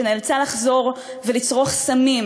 שנאלצה לחזור ולצרוך סמים,